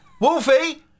Wolfie